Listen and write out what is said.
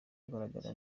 agaragara